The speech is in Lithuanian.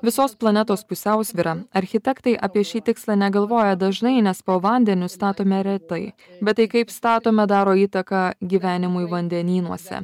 visos planetos pusiausvyra architektai apie šį tikslą negalvoja dažnai nes po vandeniu statome retai bet tai kaip statome daro įtaką gyvenimui vandenynuose